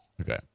Okay